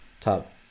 top